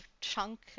chunk